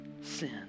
sin